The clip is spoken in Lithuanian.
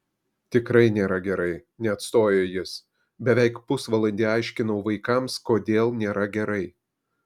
tikrai nėra gerai neatstojo jis beveik pusvalandį aiškinau vaikams kodėl nėra gerai